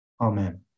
Amen